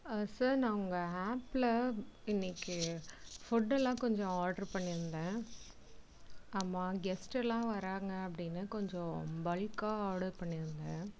sir நான் உங்கள் ஆப்பில் இன்னிக்கி ஃபுட்டுலாம் கொஞ்சம் ஆர்டர் பண்ணியிருந்தேன் ஆமாம் கெஸ்ட்டெல்லாம் வராங்க அப்படினு கொஞ்சம் பல்க்காக ஆர்டர் பண்ணியிருந்தேன்